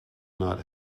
not